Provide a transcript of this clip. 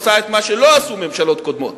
עושה את מה שלא עשו ממשלות קודמות,